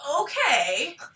okay